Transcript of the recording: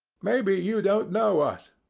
maybe you don't know us,